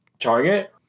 target